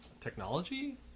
technology